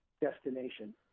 destination